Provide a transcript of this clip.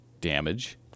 damage